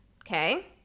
Okay